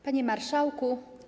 Panie Marszałku!